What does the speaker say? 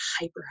hyper